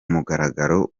mugaragaro